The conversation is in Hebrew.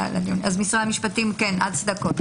משרד המשפטים, הצדקות.